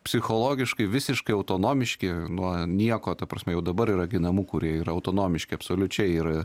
psichologiškai visiškai autonomiški nuo nieko ta prasme jau dabar yra gi namų kurie yra autonomiški absoliučiai yra